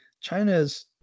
China's